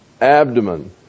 abdomen